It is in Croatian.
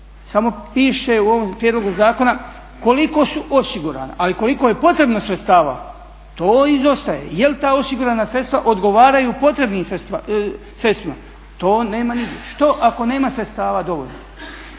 Samo piše u ovom prijedlogu zakona koliko su osigurana, ali koliko je potrebno sredstava to izostaje. Je li ta osigurana sredstva odgovaraju potrebnim sredstvima, to nema nigdje. Što ako nema sredstava dovoljno?